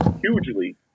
hugely